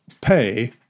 pay